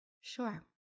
Sure